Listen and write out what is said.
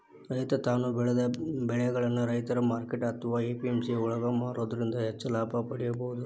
ರೈತ ತಾನು ಬೆಳೆದ ಬೆಳಿಗಳನ್ನ ರೈತರ ಮಾರ್ಕೆಟ್ ಅತ್ವಾ ಎ.ಪಿ.ಎಂ.ಸಿ ಯೊಳಗ ಮಾರೋದ್ರಿಂದ ಹೆಚ್ಚ ಲಾಭ ಪಡೇಬೋದು